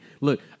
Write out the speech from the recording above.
Look